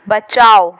बचाओ